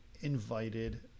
invited